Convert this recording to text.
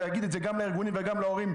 ולהגיד את זה גם לארגונים וגם להורים,